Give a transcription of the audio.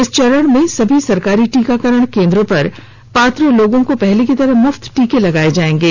इस चरण में सभी सरकारी टीकाकरण केन्द्रों पर पात्र लोगों को पहले की तरह मुफ्त टीके लगाये जायेंगे